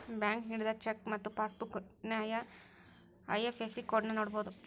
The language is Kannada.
ಬ್ಯಾಂಕ್ ನೇಡಿದ ಚೆಕ್ ಮತ್ತ ಪಾಸ್ಬುಕ್ ನ್ಯಾಯ ಐ.ಎಫ್.ಎಸ್.ಸಿ ಕೋಡ್ನ ನೋಡಬೋದು